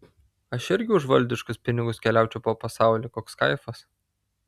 aš irgi už valdiškus pinigus keliaučiau po pasaulį koks kaifas